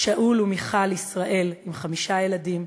שאול ומיכל ישראל עם חמישה ילדים,